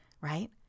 right